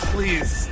Please